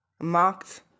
marked